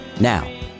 Now